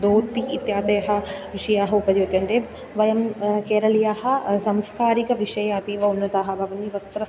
दोति इत्यादयः विषयाः उपयुज्यन्ते वयं केरलीयाः संस्कारकविषये अतीव उन्नताः भवन्ति वस्त्र